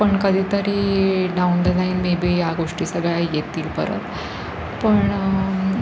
पण कधीतरी down the line maybe या गोष्टी सगळ्या येतील परत पण